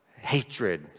hatred